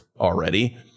already